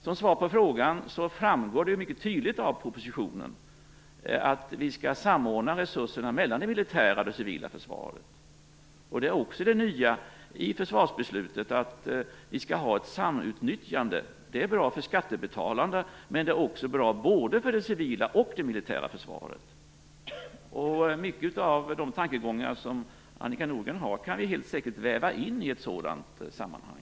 Som svar på frågan framgår det mycket tydligt av propositionen att vi skall samordna resurserna mellan det militära och det civila försvaret. Det är också det nya i försvarsbeslutet: Vi skall ha ett samutnyttjande. Det är bra för skattebetalarna, men det är också bra både för det civila och för det militära försvaret. Mycket av Annika Nordgrens tankegångar kan vi säkert väva in i ett sådant sammanhang.